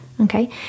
Okay